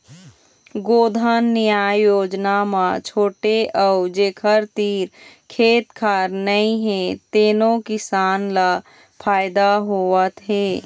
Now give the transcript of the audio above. गोधन न्याय योजना म छोटे अउ जेखर तीर खेत खार नइ हे तेनो किसान ल फायदा होवत हे